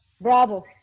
Bravo